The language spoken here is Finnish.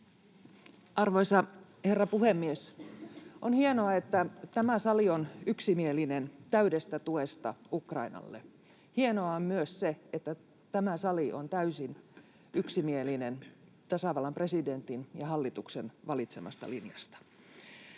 Arvoisa herra puhemies! On hienoa, että tämä sali on yksimielinen täydestä tuesta Ukrainalle. Hienoa on myös se, että tämä sali on täysin yksimielinen tasavallan presidentin ja hallituksen valitsemasta linjasta.